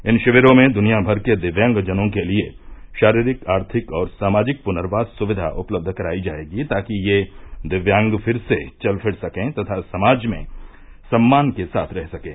इन शिविरों में दुनियामर के दिव्यांगजनों के लिए शारीरिक आर्थिक और सामाजिक पुनर्वास सुविधा उपलब्ध कराई जायेगी ताकि ये दिव्यांग फिर से चल फिर सके तथा समाज में सम्मान के साथ रह सकें